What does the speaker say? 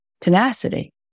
tenacity